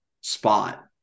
spot